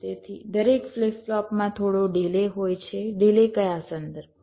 તેથી દરેક ફ્લિપ ફ્લોપમાં થોડો ડિલે હોય છે ડિલે કયા સંદર્ભમાં